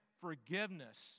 forgiveness